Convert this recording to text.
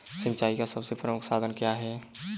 सिंचाई का सबसे प्रमुख साधन क्या है?